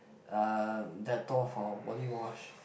uh Dettol for body wash